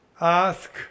ask